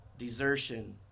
Desertion